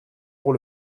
pour